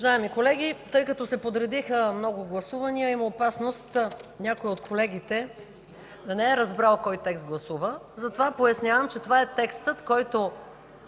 Уважаеми колеги, тъй като се подредиха много гласувания, има опасност някой от колегите да не е разбрал кой текст гласува, затова пояснявам, че това е текстът, който